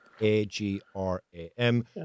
A-G-R-A-M